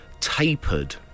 tapered